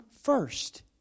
first